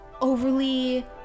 overly